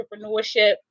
entrepreneurship